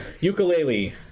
Ukulele